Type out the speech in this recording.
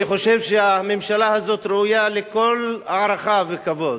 אני חושב שהממשלה הזאת ראויה לכל הערכה וכבוד.